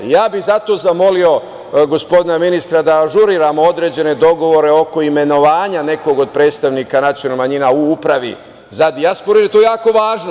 Ja bih zato zamolio gospodina ministra da ažuriramo određene dogovore oko imenovanja nekog od predstavnika nacionalnih manjina u Upravi za dijasporu, jer je to jako važno.